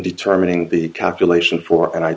determining the calculation for and i